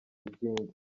izindi